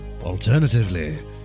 Alternatively